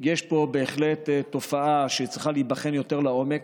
יש פה בהחלט תופעה שצריכה להיבחן יותר לעומק.